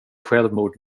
självmord